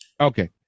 Okay